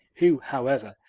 who, however,